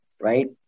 right